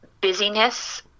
busyness